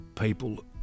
people